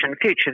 future